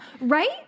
Right